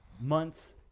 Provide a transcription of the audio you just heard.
Months